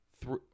three